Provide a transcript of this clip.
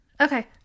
okay